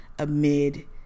amid